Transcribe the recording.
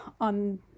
on